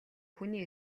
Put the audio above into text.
хүний